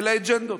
אלא אג'נדות.